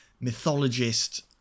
mythologist